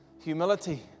humility